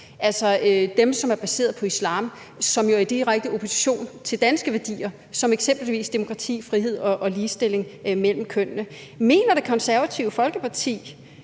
altså skoler, som er baseret på islam, som jo er i direkte opposition til danske værdier som eksempelvis demokrati, frihed og ligestilling mellem kønnene. Er Det Konservative Folkeparti